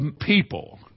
people